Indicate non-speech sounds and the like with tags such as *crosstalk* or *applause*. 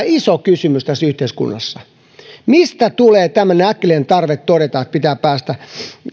*unintelligible* iso kysymys tässä yhteiskunnassa mistä tulee tämmöinen äkillinen tarve todeta että pitää päästä